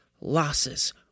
losses